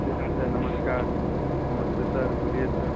मैंने कहा सर नमस्कार नमस्ते सर बोलिए सर